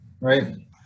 right